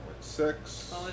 six